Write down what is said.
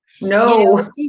No